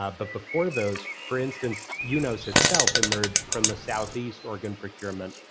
ah but before those, for instance, yeah unos itself emerged from the southeast organ procurement